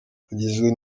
agizwe